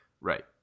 Right